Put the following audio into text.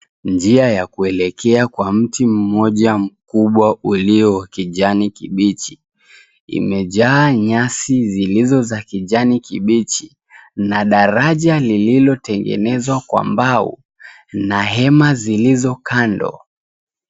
Njia ya kuelekea kwa mti mmoja mkubwa uliyo wa kijani kibichi. Imejaa nyasi zilizo za kijani kibichi na daraja lililotengenezwa kwa mbao na hema zilizo kando.